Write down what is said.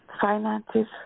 finances